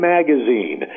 Magazine